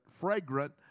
fragrant